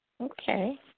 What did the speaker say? okay